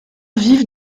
vives